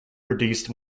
produced